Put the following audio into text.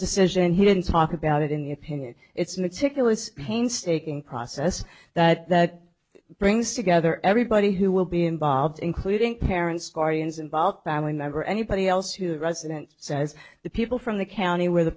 decision he didn't talk about it in the opinion it's meticulous painstaking process that that brings together everybody who will be involved including parents guardians involved family member anybody else who a resident says the people from the county where the